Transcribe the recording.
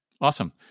Awesome